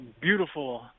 beautiful